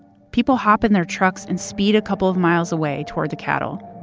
people hop in their trucks and speed a couple of miles away toward the cattle.